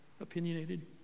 opinionated